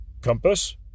Compass